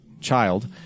child